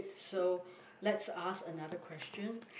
so let's ask another question